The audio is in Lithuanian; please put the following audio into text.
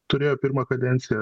turėjo pirmą kadenciją